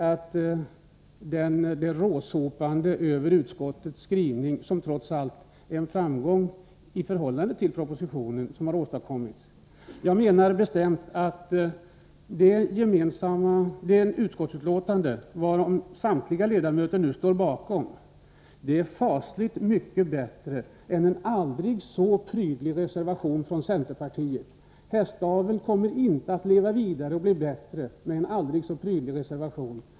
Här får utskottets skrivning — som trots allt är en framgång i förhållande till propositionen — råsopar. Jag menar bestämt att det utskottsbetänkande som samtliga utskottsledamöter nu står bakom är mycket bättre än en aldrig så prydlig reservation från centerpartiet. Hästaveln kommer inte att leva vidare och bli bättre på grund av en aldrig så prydlig reservation.